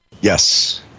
Yes